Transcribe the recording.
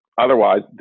otherwise